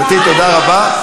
גברתי, תודה רבה.